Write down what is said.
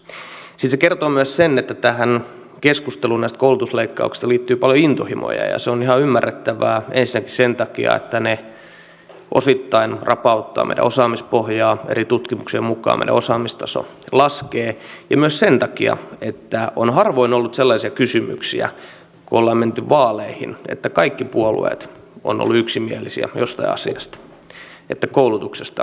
sitten se kertoo myös sen että tähän keskusteluun näistä koulutusleikkauksista liittyy paljon intohimoja ja se on ihan ymmärrettävää ensinnäkin sen takia että ne osittain rapauttavat meidän osaamispohjaamme eri tutkimuksien mukaan meidän osaamistasomme laskee ja myös sen takia että on harvoin ollut sellaisia kysymyksiä kun on menty vaaleihin että kaikki puolueet ovat olleet yksimielisiä jostakin asiasta niin kuin siitä että koulutuksesta ei leikata